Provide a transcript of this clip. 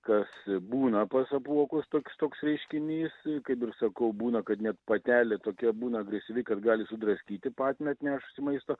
kas būna pas apuokus toks toks reiškinys kaip ir sakau būna kad net patelė tokia būna agresyvi kad gali sudraskyti patiną atnešusį maisto